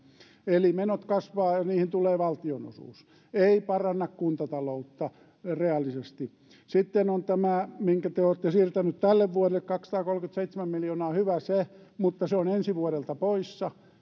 eli menot kasvavat ja niihin tulee valtionosuus ei paranna kuntataloutta reaalisesti sitten on tämä minkä te olette siirtäneet tälle vuodelle kaksisataakolmekymmentäseitsemän miljoonaa hyvä se mutta se on ensi vuodelta poissa eli